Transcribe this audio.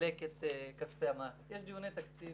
לחלק את כספי --- יש דיוני תקציב